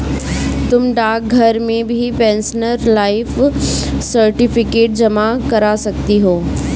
तुम डाकघर में भी पेंशनर लाइफ सर्टिफिकेट जमा करा सकती हो